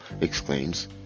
exclaims